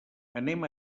anem